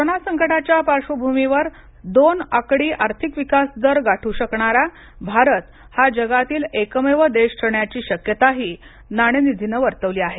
corona संकटाच्या पार्श्वभूमीवरदोन आकडी आर्थिक विकास दर गाठू शकणारा भारत हा जगातील एकमेव देश ठरण्याची शक्यताही नाणेनिधीनं वर्तवली आहे